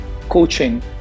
coaching